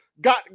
got